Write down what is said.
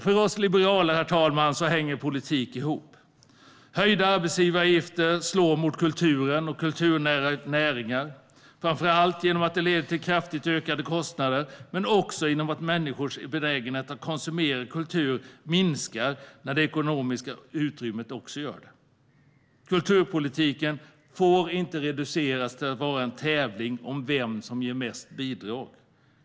För oss liberaler, herr talman, hänger politik ihop. Höjda arbetsgivaravgifter slår mot kulturen och kulturnära näringar, framför allt genom att de leder till kraftigt ökade kostnader men också genom att människors benägenhet att konsumera kultur minskar när det ekonomiska utrymmet också minskar. Kulturpolitiken får inte reduceras till att vara en tävling om vem som ger mest bidrag.